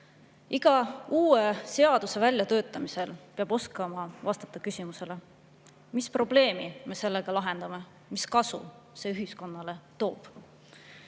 Iga uue seaduse väljatöötamisel peab oskama vastata küsimusele, mis probleemi me sellega lahendame, mis kasu see ühiskonnale toob.